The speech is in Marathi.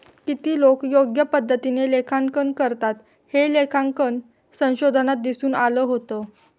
किती लोकं योग्य पद्धतीने लेखांकन करतात, हे लेखांकन संशोधनात दिसून आलं होतं